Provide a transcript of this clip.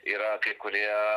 yra kai kurie